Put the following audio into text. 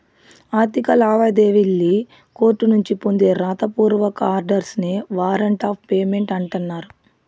ఆర్థిక లావాదేవీల్లి కోర్టునుంచి పొందే రాత పూర్వక ఆర్డర్స్ నే వారంట్ ఆఫ్ పేమెంట్ అంటన్నారు